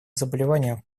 заболевание